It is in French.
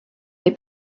les